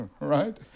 right